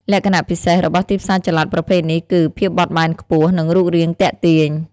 លក្ខណៈពិសេសរបស់ទីផ្សារចល័តប្រភេទនេះគឺ ភាពបត់បែនខ្ពស់ និងរូបរាងទាក់ទាញ។